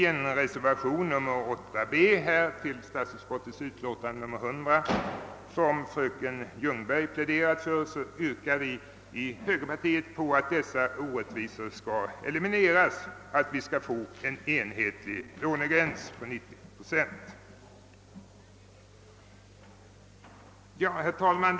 I reservationen 8 b till statsutskottets utlåtande nr 100, som fröken Ljungberg pläderat för, yrkar högerpartiets representanter på att dessa orättvisor skall elimineras och att det skall fastställas en enhetlig lånegräns, 90 procent. Herr talman!